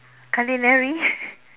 culinary